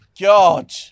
God